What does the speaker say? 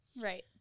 Right